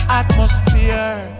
atmosphere